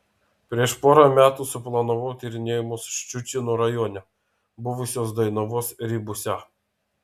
prieš porą metų suplanavau tyrinėjimus ščiučino rajone buvusios dainavos ribose